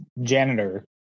janitor